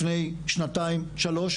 לפני שנתיים-שלוש,